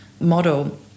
model